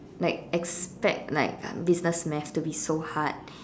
like expect like business math to be so hard